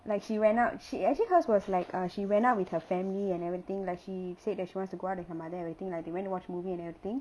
like she went out she actually her's was like uh she went out with her family and everything like she said that she wants to go out with her mother and everything like they went to watch movie and everything